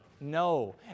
No